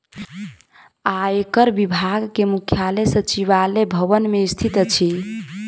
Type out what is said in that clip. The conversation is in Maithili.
आयकर विभाग के मुख्यालय सचिवालय भवन मे स्थित अछि